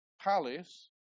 palace